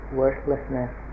worthlessness